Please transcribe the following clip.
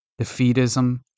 defeatism